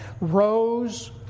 rose